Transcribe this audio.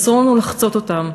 אסור לנו לחצות אותם,